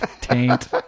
taint